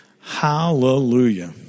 Hallelujah